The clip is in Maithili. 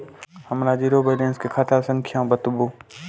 हमर जीरो बैलेंस के खाता संख्या बतबु?